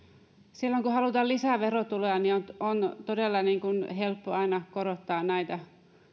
silloin kun halutaan lisää verotuloja on todella helppo aina korottaa näitä